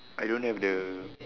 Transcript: I don't have the